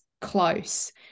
close